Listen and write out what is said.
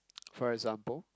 for example